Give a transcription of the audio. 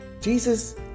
Jesus